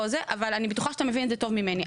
אבל אני בטוחה שאתה מבין את זה טוב ממני.